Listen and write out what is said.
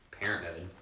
parenthood